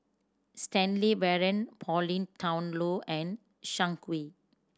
Stanley Warren Pauline Dawn Loh and Zhang Hui